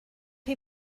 chi